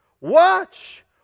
Watch